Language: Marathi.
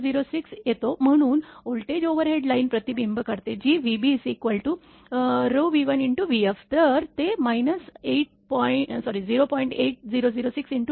8006 येतो म्हणून व्होल्टेज ओव्हरहेड लाइन प्रतिबिंबित करते जी vb V1